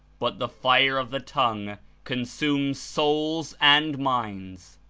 but the fire of the tongue consumes souls and minds.